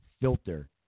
filter